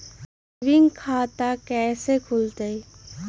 Saving खाता कैसे खुलतई?